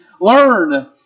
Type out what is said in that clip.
learn